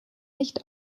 nicht